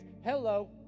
hello